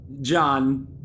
John